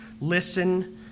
listen